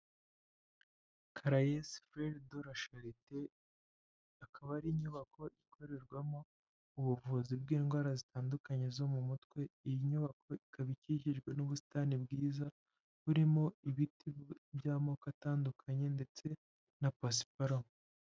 caraes freres de la charte ikaba ari inyubako ikorerwamo ubuvuzi bw'indwara zitandukanye zo mu mutwe, iyi nyubako ikaba ikikijwe n'ubusitani bwiza burimo ibiti by'amoko atandukanye ndetse na pasiparumu